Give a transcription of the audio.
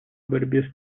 борьбе